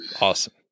Awesome